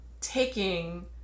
taking